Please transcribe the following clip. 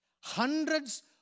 Hundreds